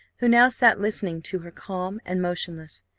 who now sat listening to her, calm and motionless.